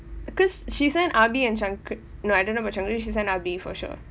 because she's in R_B and changkrit no I don't know about changkrit but she's in R_B for sure